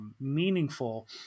Meaningful